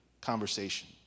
conversation